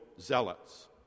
zealots